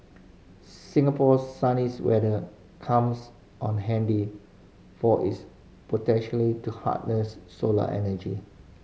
Singapore's sunny weather comes on handy for its potentially to harness solar energy